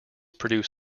produce